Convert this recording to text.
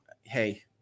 Hey